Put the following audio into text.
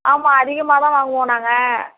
ஆமாம் அதிகமாக தான் வாங்குவோம் நாங்கள்